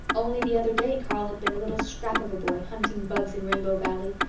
only the other day carl had been a little scrap of a boy, hunting bugs in rainbow valley,